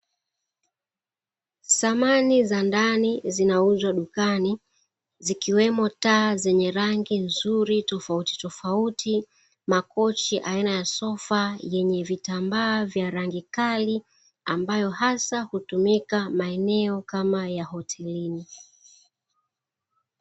Samani za ndani zinauzwa dukani zikiwemo taa zenye rangi nzuri tofautitofauti, makochi aina ya sofa yenye vitambaa vya rangi kali, ambayo hasa hutumika maeneo kama ya hotelini.